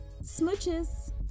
Smooches